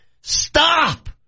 Stop